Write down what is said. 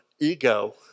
ego